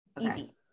Easy